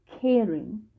caring